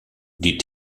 die